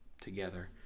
together